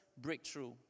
breakthrough